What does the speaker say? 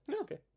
Okay